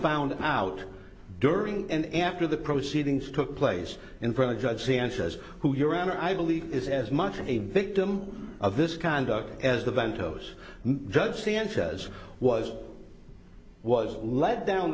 found out during and after the proceedings took place in front of judge sanchez who your honor i believe is as much a victim of this conduct as the bentos judge sanchez was was led down